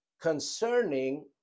concerning